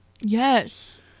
yes